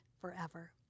forever